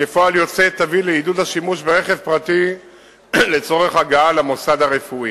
וכפועל יוצא תביא לעידוד השימוש ברכב פרטי לצורך הגעה למוסד הרפואי.